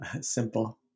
simple